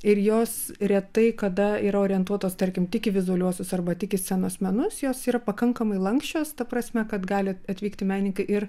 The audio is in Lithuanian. ir jos retai kada yra orientuotos tarkim tik į vizualiuosius arba tik į scenos menus jos yra pakankamai lanksčios ta prasme kad gali atvykti menininkai ir